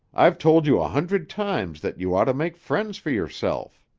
i've told you a hundred times that you ought to make friends for yourself.